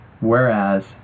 Whereas